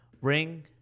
ring